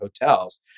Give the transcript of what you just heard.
hotels